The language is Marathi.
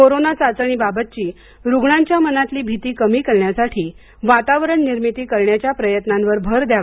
कोरोना चाचणीबाबतची रुग्णांच्या मनातील भीती कमी करण्यासाठी वाचावरण निर्मिती करण्याचा प्रयत्नावर भर द्यावा